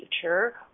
future